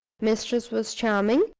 mistress was charming,